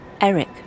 Eric